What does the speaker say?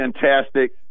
fantastic